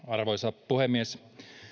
arvoisa puhemies